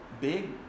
big